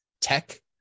tech